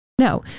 No